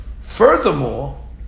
Furthermore